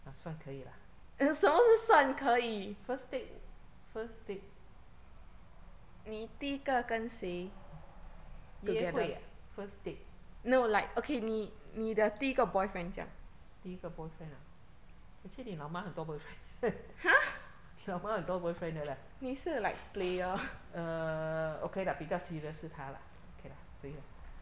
啊算可以啦 first date first date 约会啊 first date 第一个 boyfriend 啊 actually 你老妈很多 boyfriend 你老妈很多 boyfriend 的 leh err okay lah 比较 serious 是他啦 okay lah ah